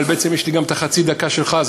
אבל בעצם יש לי גם את חצי הדקה שלך,